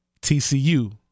TCU